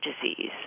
disease